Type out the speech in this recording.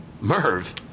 Merv